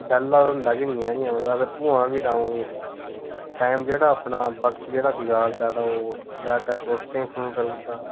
बैह्ला ते होंदा गै नी ऐ नी अ'ऊं ता अगर होआं बी ते अ'ऊं टैम जेह्ड़ा अपना वक्त जेह्ड़ा गुजारदा तां ओह् ज्यादातर दोस्तें गी फोन करी ओड़दा